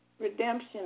redemption